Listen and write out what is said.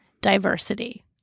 diversity